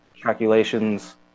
calculations